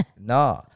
Nah